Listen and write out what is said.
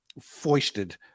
foisted